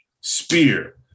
Spear